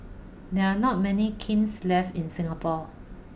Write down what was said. there are not many kilns left in Singapore